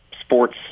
sports